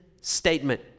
statement